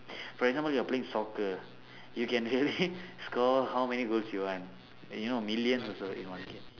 for example you are playing soccer you can really score how many goals you want you know millions also you want